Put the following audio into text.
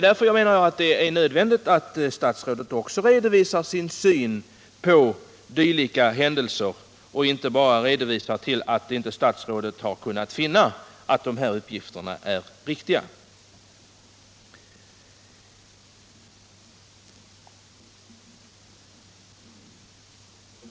Därför anser jag att det är nödvändigt att statsrådet redovisar sin syn på dylika händelser och inte bara hänvisar till att han inte kunnat finna att dessa uppgifter är riktiga.